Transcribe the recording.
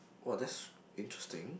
!wah! that's interesting